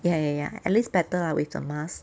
ya ya ya at least better with the mask